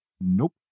Nope